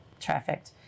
trafficked